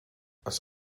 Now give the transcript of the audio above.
oes